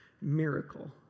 miracle